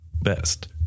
best